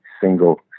single